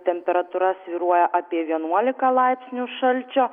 temperatūra svyruoja apie vienuolika laipsnių šalčio